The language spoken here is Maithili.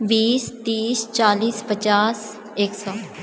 बीस तीस चालीस पचास एक सौ